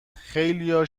خیلیا